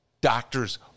doctors